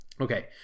Okay